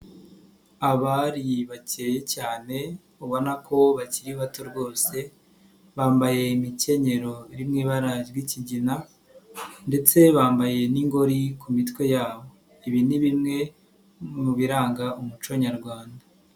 Abari bakeye cyane babona ko bakiri bato rwose, bambaye imikenyero rimwe iba rikigina ndetse bambaye n'ingori ku mitwe yabo, ibi ni bimwe mu biranga umuco nyarwanda.